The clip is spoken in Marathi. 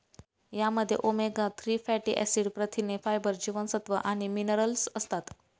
यामध्ये ओमेगा थ्री फॅटी ऍसिड, प्रथिने, फायबर, जीवनसत्व आणि मिनरल्स असतात